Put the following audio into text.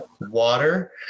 water